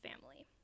family